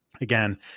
Again